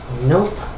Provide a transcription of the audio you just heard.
Nope